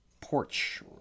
porch